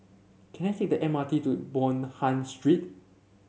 can I take the M R T to Bonham Street